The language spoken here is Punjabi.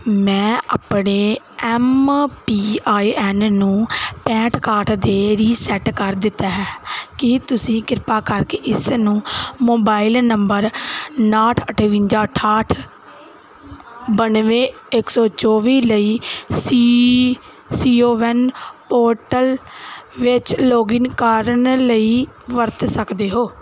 ਮੈਂ ਆਪਣੇ ਐਮ ਪੀ ਆਈ ਐਨ ਨੂੰ ਪੈਂਹਠ ਇਕਾਹਠ ਦੇ ਰੀਸੈਟ ਕਰ ਦਿੱਤਾ ਹੈ ਕੀ ਤੁਸੀਂ ਕਿਰਪਾ ਕਰਕੇ ਇਸ ਨੂੰ ਮੋਬਾਈਲ ਨੰਬਰ ਉਣਾਹਠ ਅਠਵੰਜਾ ਅਠਾਹਠ ਬਾਨਵੇਂ ਇੱਕ ਸੌ ਚੌਵੀ ਲਈ C C O van portal ਵਿੱਚ ਲੌਗਇਨ ਕਰਨ ਲਈ ਵਰਤ ਸਕਦੇ ਹੋ